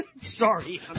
Sorry